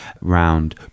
Round